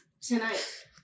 Tonight